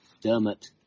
Dermot